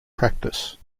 practice